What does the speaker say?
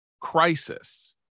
crisis